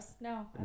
No